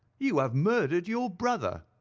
you have murdered your brother